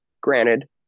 granted